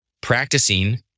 practicing